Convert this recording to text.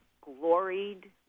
gloried